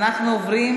אנחנו עוברים